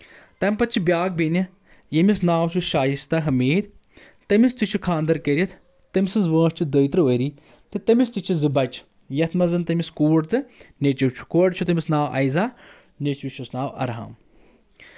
تَمہِ پتہٕ چھِ بیاکھ بیٚنہِ ییٚمِس ناو چھُ شایستا حمیٖد تٔمِس تہِ چھُ خانٛدر کٔرِتھ تٔمۍ سٕنٛز وٲنس چھِ دٔیترٕ ؤری تہٕ تٔمِس تہِ چھِ زٕ بچہٕ یتھ منٛز تٔمِس کوٗر تہٕ نیچو چھُ کورِ چھُ تٔمِس ناو عیضا نیچوش ناو ارحم